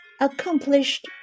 Accomplished